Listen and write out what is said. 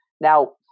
Now